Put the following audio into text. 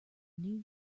new